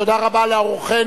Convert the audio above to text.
תודה רבה לאורחינו.